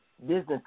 Business